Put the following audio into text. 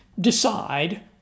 decide